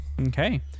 Okay